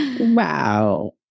Wow